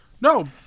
No